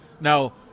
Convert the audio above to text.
Now